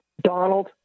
Donald